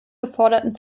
geforderten